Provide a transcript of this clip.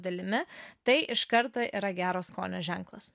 dalimi tai iš karto yra gero skonio ženklas